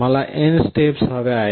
मला n steps हव्या आहेत